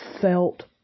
felt